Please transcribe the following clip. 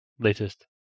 latest